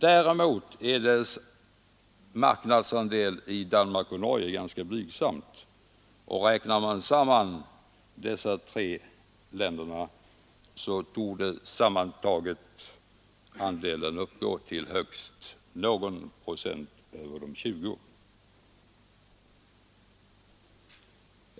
Däremot är dess marknadsandel i Danmark och Norge ganska blygsam, och den sammantagna marknadsandelen för de tre länderna torde uppgå till högst något över 20 procent.